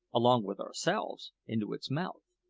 along with ourselves, into its mouth!